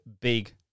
big